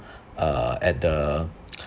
uh at the